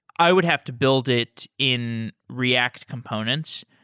i would have to build it in react components,